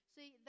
See